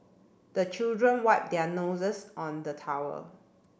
the children wipe their noses on the towel